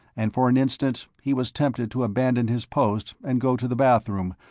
and for an instant, he was tempted to abandon his post and go to the bathroom,